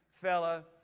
fella